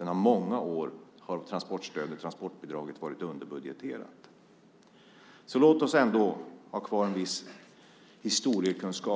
I många år har transportbidraget varit underbudgeterat. Låt oss alltså ändå ha kvar en viss historiekunskap!